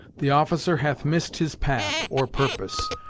the officer hath miss'd his path, or purpose,